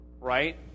Right